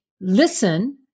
listen